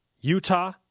Utah